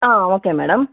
okay madam